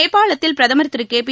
நேபாளத்தில் பிரதமர் திரு கேபி